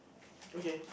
okay